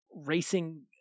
racing